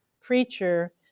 preacher